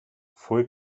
fue